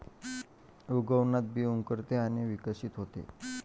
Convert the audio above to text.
उगवणात बी अंकुरते आणि विकसित होते